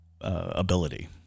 ability